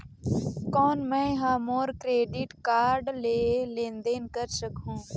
कौन मैं ह मोर क्रेडिट कारड ले लेनदेन कर सकहुं?